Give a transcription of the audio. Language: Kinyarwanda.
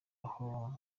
aho